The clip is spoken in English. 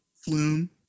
Flume